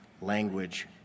Language